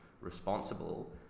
responsible